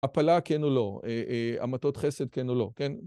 הפלה כן או לא, המתות חסד כן או לא, כן?